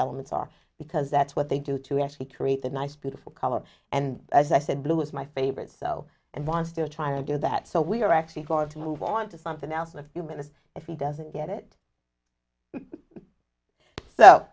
elements are because that's what they do to actually create a nice beautiful color and as i said blue is my favorite so and wants to try and do that so we are actually going to move on to something else in a few minutes if he doesn't get it so